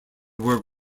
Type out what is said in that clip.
were